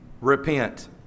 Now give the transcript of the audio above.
Repent